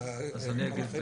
זה לגבי